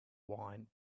wine